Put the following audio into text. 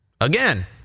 Again